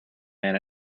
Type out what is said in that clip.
man